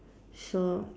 so